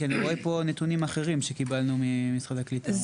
כי אני רואה פה נתונים אחרים שקיבלנו ממשרד הקליטה.